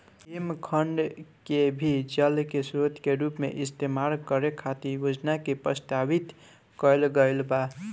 हिमखंड के भी जल के स्रोत के रूप इस्तेमाल करे खातिर योजना के प्रस्तावित कईल गईल बा